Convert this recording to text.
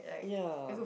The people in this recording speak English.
ya